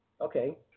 okay